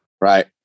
right